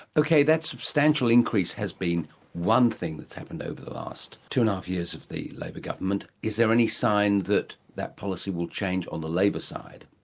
okay, that substantial increase has been one thing that's happened over the last two-and-a-half and um years of the labor government. is there any sign that that policy will change on the labor side?